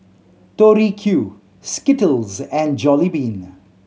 Tori Q Skittles and Jollibean